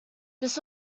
this